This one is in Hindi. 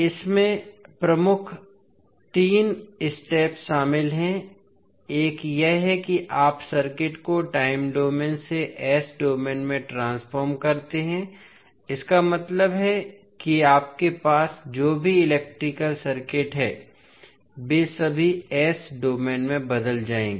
इसमें तीन प्रमुख स्टेप शामिल हैं एक यह है कि आप सर्किट को टाइम डोमेन से s डोमेन में ट्रांसफॉर्म करते हैं इसका मतलब है कि आपके पास जो भी इलेक्ट्रिकल सर्किट हैं वे सभी s डोमेन में बदल जाएंगे